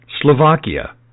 Slovakia